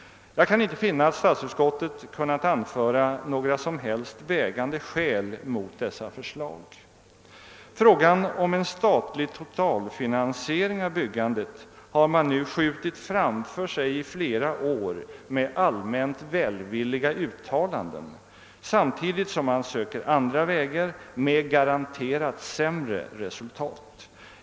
Jag kan inte finna att statsutskottet kunnat anföra några som helst vägande skäl mot dessa förslag. Frågan om en statlig totalfinansiering av byggandet har man nu skjutit framför sig i flera år med allmänt välvilliga uttalanden, samtidigt som man söker andra vägar med garanterat sämre resultat.